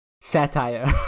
satire